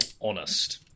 honest